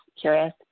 curious